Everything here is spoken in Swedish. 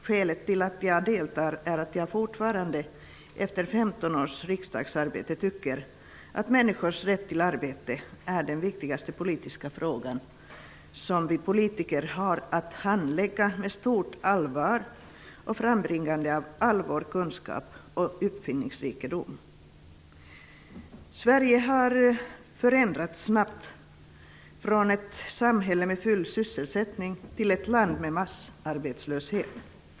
Skälet till att jag deltar är att jag fortfarande, efter 15 års riksdagsarbete, tycker att människors rätt till arbete är den viktigaste politiska frågan som vi politiker har att handlägga med stort allvar och frambringande av all vår kunskap och uppfinningsrikedom. Sverige har förändrats snabbt från ett samhälle med full sysselsättning till ett land med massarbetslöshet.